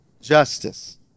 justice